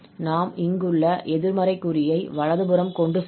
நாம் இங்குள்ள எதிர்மறை குறியை வலது புறம் கொண்டு செல்வோம்